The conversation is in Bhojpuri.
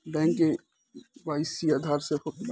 बैंक के.वाई.सी आधार से होत बाटे